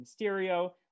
Mysterio